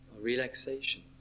relaxation